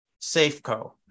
Safeco